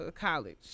College